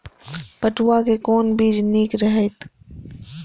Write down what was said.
पटुआ के कोन बीज निक रहैत?